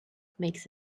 makes